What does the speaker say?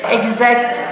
exact